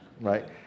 right